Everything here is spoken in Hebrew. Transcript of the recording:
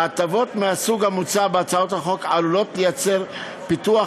הטבות מהסוג המוצע בהצעת החוק עלולות לייצר פיתוח